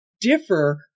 differ